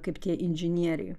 kaip tie inžinieriai